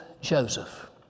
Joseph